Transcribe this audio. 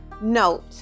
note